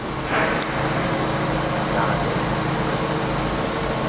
जाना चाहिदा